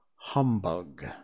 Humbug